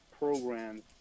programs